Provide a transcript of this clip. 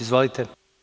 Izvolite.